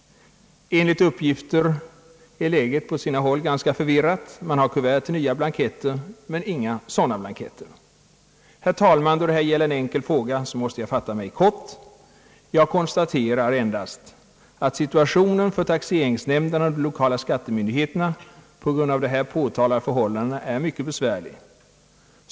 Enligt uppgifter är läget på sina håll ganska förvirrat. Man har kuvert till nya blanketter, men inga sådana blanketter som kuverten är avsedda för. Herr talman! Då det här gäller en enkel fråga, måste jag fatta mig kort. Jag konstaterar endast, att situationen för taxeringsnämnderna och de lokala skattemyndigheterna på grund av de här påtalade förhållandena är mycket besvärlig.